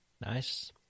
Nice